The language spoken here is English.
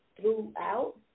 throughout